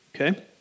okay